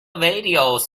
videos